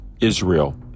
Israel